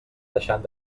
deixant